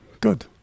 Good